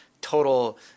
total